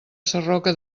sarroca